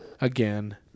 again